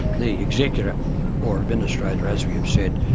the executor or administrator, as we have said,